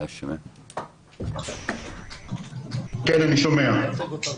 כן, אני שומע.